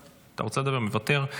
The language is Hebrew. מוותר,